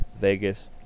Vegas